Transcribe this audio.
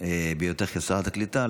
בהיותך שרת הקליטה,